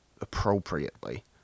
appropriately